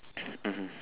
mmhmm